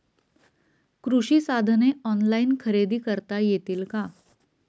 कृषी साधने ऑनलाइन खरेदी करता येतील का?